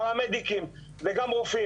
פרמדיקים וגם רופאים